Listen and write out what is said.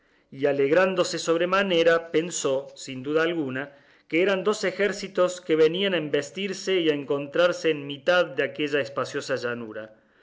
y alegrándose sobremanera pensó sin duda alguna que eran dos ejércitos que venían a embestirse y a encontrarse en mitad de aquella espaciosa llanura